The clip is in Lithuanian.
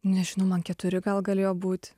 nežinau man keturi gal galėjo būt